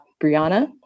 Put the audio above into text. Brianna